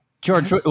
George